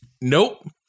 Nope